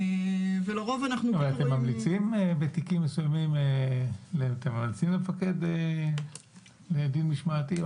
אבל בתיקים מסוימים אתם ממליצים למפקד על דין משמעתי?